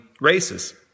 races